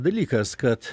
dalykas kad